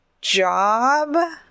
job